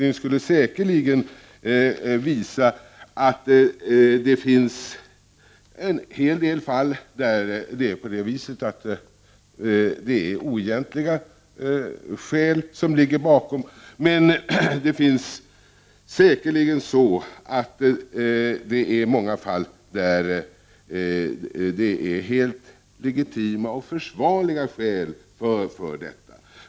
En sådan skulle säkerligen visa att det i en hel del fall ligger oegentliga skäl bakom. Men i många fall finns det säkerligen helt legitima och försvarliga skäl bakom.